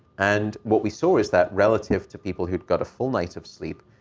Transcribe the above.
and what we saw is that, relative to people who'd got a full night of sleep,